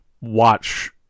watch